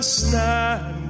Stand